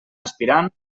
aspirant